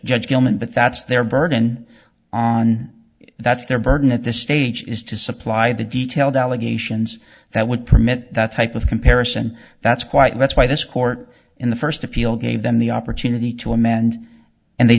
judge gellman but that's their burden on that's their burden at this stage is to supply the detailed allegations that would permit that type of comparison that's quite that's why this court in the first appeal gave them the opportunity to amend and they